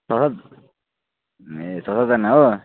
छ सात ए छ सातजना हो